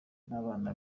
nabana